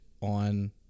on